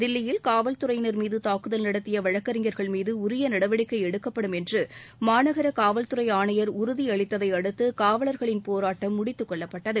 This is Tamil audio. தில்லியில் காவல்துறையினர்மீது தாக்குதல் நடத்திய வழக்கறிஞர்கள்மீது உரிய நடவடிக்கை எடுக்கப்படும் என்று மாநகர காவல்துறை ஆணையர் உறுதியளித்ததை அடுத்து காவலர்களின் போராட்டம் முடித்துக் கொள்ளப்பட்டது